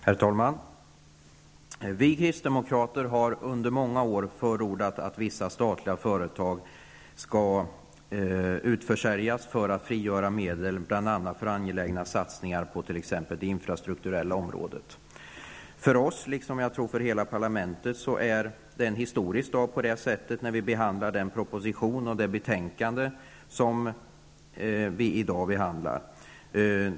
Herr talman! Vi kristdemokrater har under många år förordat att vissa statliga företag skall utförsäljas för att frigöra medel, bl.a. för angelägna satsningar på t.ex. det infrastrukturella området. För oss -- liksom för hela parlamentet, tror jag -- är det en historisk dag när vi i dag behandlar den proposition och det betänkande som nu är uppe till debatt.